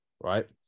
right